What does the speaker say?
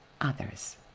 others